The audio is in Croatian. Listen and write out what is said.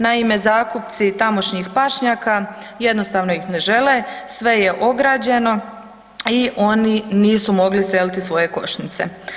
Naime, zakupci tamošnjih pašnjaka jednostavno ih ne žele, sve je ograđeno i oni nisu mogli seliti svoje košnice.